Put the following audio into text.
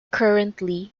currently